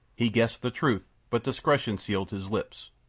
he guessed the truth but discretion sealed his lips.